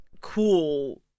cool